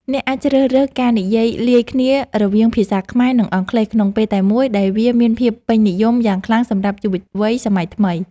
អ្នកអាចជ្រើសរើសការនិយាយលាយគ្នារវាងភាសាខ្មែរ និងអង់គ្លេសក្នុងពេលតែមួយដែលវាមានភាពពេញនិយមយ៉ាងខ្លាំងសម្រាប់យុវវ័យសម័យថ្មី។